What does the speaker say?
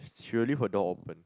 she will leave her door open